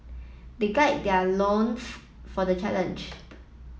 they guide their loins for the challenge